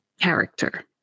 character